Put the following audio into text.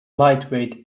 lightweight